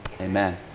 amen